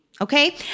Okay